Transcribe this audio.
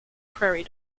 prairie